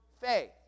faith